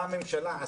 מה הממשלה,